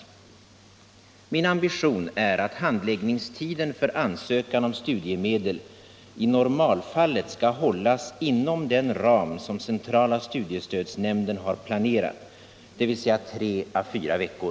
Min ambition är att handläggningsuden för ansökan om studiemedel I normudfattet skall hållas inom den ram som centrala studiestödsnämnden har planerat — dvs. 3-4 veckor.